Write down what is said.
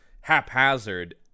haphazard